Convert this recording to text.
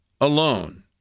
Alone